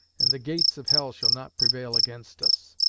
and the gates of hell shall not prevail against us.